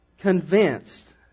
convinced